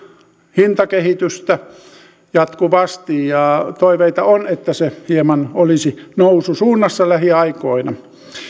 hintakehitystä jatkuvasti ja toiveita on että se hieman olisi noususuunnassa lähiaikoina